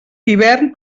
hivern